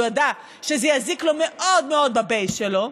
הוא ידע שזה יזיק לו מאוד מאוד ב-base שלו,